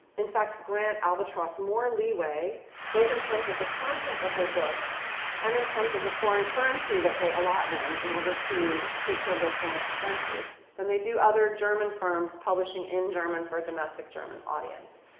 in fact, grant albatross more leeway both in terms of the content of their books and in terms of the foreign currency that they allot them in order to take care of their foreign expenses than they do other german firms publishing in german for a domestic german audience.